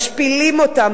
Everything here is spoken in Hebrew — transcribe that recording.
משפילים אותם,